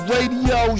Radio